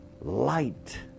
Light